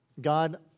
God